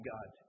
God